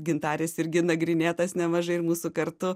gintarės irgi nagrinėtas nemažai ir mūsų kartu